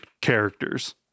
characters